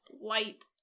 light